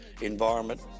environment